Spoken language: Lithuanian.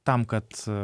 tam kad